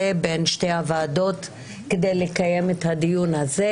בין שתי הוועדות כדי לקיים את הדיון הזה,